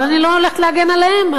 אבל אני לא הולכת להגן עליהם.